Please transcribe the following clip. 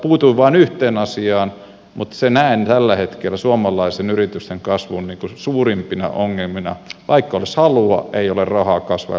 puutuin vain yhteen asiaan mutta näen tällä hetkellä suomalaisten yritysten kasvun suurimpina ongelmina sen että vaikka olisi halua ei ole rahaa kasvaa ja luoda työpaikkoja